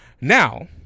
Now